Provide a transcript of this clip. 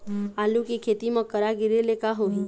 आलू के खेती म करा गिरेले का होही?